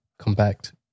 compact